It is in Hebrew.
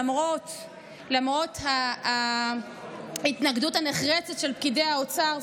למרות ההתנגדות הנחרצת של פקידי האוצר,